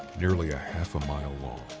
nearly ah half a mile long.